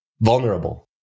vulnerable